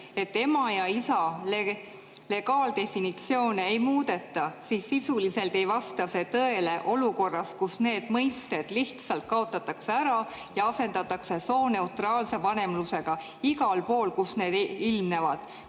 et ema ja isa legaaldefinitsioone ei muudeta, siis sisuliselt ei vasta see tõele olukorras, kus need mõisted lihtsalt kaotatakse ära ja asendatakse sooneutraalse vanemlusega igal pool, kus need ilmnevad.